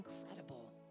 incredible